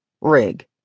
Rig